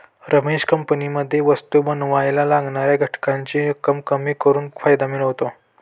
रमेश कंपनीमध्ये वस्तु बनावायला लागणाऱ्या घटकांची रक्कम कमी करून फायदा मिळवतो